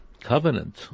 covenant